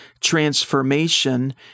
transformation